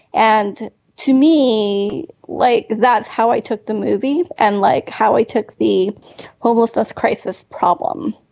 and to me like that's how i took the movie and like how i took the homelessness crisis problem